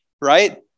right